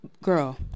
Girl